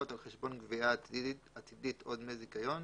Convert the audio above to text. על חשבון גבייה עתידית או דמי זיכיון,